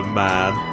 man